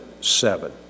seven